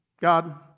God